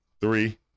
three